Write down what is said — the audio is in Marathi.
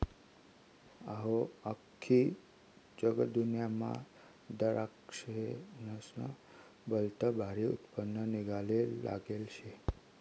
अहो, आख्खी जगदुन्यामा दराक्शेस्नं भलतं भारी उत्पन्न निंघाले लागेल शे